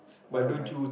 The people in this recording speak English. one of my